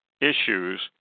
issues